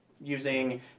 using